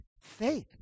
faith